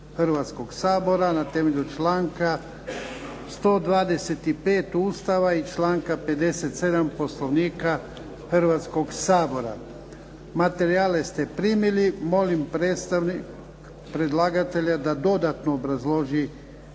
Hrvatskoga sabora, na temelju članka 125. Ustava i članka 57. Poslovnika Hrvatskog sabora. Materijale ste primili. Molim predstavnika predlagatelja da dodatno obrazloži